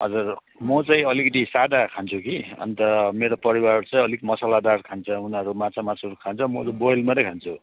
म चाहिँ अलिकति सादा खान्छु कि अनि त मेरो परिवार चाहिँ अलिक मसलादार खान्छ उनीहरू माछा मासुहरू खान्छ म त बोइल मात्रै खान्छु